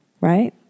Right